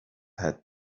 had